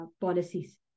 policies